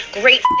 great